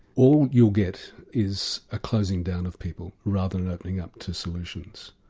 all you'll get is a closing down of people rather than an opening up to solutions.